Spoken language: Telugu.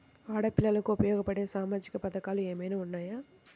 ఆడపిల్లలకు ఉపయోగపడే సామాజిక పథకాలు ఏమైనా ఉన్నాయా?